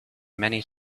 many